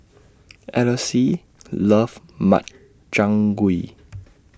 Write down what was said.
Eloise loves Makchang Gui